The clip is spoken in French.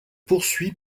poursuit